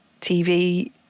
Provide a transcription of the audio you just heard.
TV